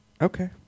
Okay